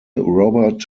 robert